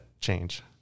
change